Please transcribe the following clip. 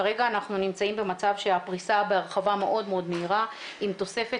כרגע אנחנו נמצאים במצב שהפריסה בהרחבה מאוד מהירה עם תוספת